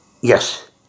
Yes